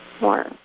more